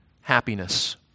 happiness